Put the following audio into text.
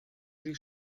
sie